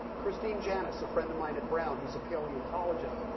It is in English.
christine janis, a friend of mine at brown who's a paleontologist,